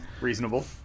Reasonable